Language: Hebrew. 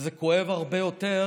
וזה כואב הרבה יותר